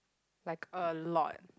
like a lot